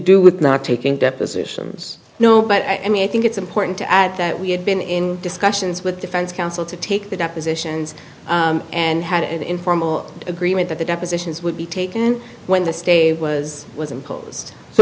do with not taking depositions no but i mean i think it's important to add that we had been in discussions with defense counsel to take the depositions and had an informal agreement that the depositions would be taken when the stay was was